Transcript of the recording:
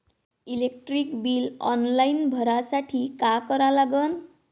Electric bill online भरासाठी का करा लागन?